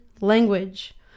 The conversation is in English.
language